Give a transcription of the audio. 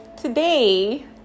Today